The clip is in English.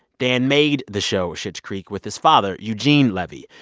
dan made the show schitt's creek with his father eugene levy.